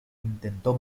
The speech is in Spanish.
intentó